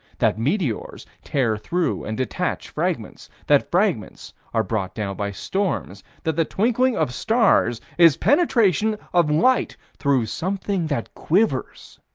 that meteors tear through and detach fragments? that fragments are brought down by storms? that the twinkling of stars is penetration of light through something that quivers?